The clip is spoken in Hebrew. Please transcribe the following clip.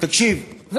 זו